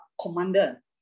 commander